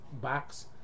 box